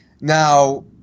Now